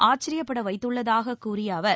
ஆச்சரியப்பட வைத்துள்ளதாகக் கூறிய அவர்